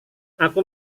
aku